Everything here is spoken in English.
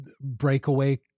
breakaway